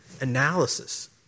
analysis